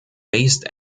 based